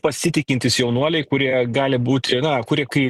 pasitikintys jaunuoliai kurie gali būti na kurie